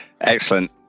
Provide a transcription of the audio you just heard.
Excellent